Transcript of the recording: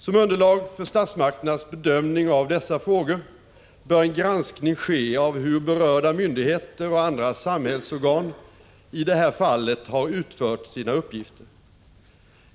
Som underlag för statsmakternas bedömning av dessa frågor bör en granskning ske av hur berörda myndigheter och andra samhällsorgan i det här fallet har utfört sina uppgifter.